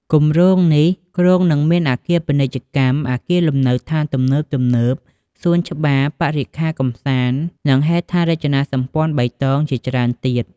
គម្រោងនេះគ្រោងនឹងមានអគារពាណិជ្ជកម្ម អគារលំនៅដ្ឋានទំនើបៗ សួនច្បារ បរិក្ខារកម្សាន្ត និងហេដ្ឋារចនាសម្ព័ន្ធបៃតងជាច្រើន។